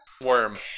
Worm